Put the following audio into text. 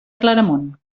claramunt